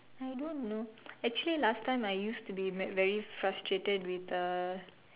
I don't know actually last time I used to be ve~ very frustrated with uh